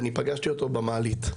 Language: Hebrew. אני פגשתי אותו במעלית,